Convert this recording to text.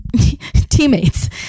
teammates